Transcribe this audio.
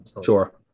Sure